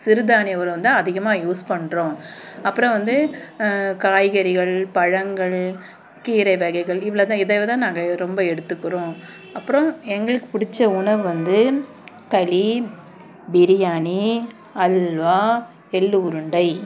சிறுதானிய உணவு வந்து அதிகமாக யூஸ் பண்ணுறோம் அப்புறம் வந்து காய்கறிகள் பழங்கள் கீரை வகைகள் இவ்வளோ தான் இதைதான் நாங்கள் ரொம்ப எடுத்துக்கிறோம் அப்புறம் எங்களுக்கு பிடிச்ச உணவு வந்து களி பிரியாணி அல்வா எள்ளு உருண்டை